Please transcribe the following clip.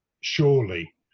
surely